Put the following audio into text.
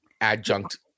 adjunct